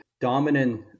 dominant